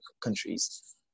countries